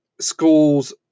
schools